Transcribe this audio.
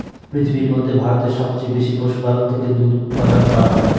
পৃথিবীর মধ্যে ভারতে সবচেয়ে বেশি পশুপালন থেকে দুধ উপাদান করা হয়